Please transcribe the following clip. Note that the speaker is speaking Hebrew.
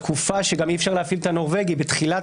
קופה שגם אי אפשר להפעיל את הנורבגי בתחילת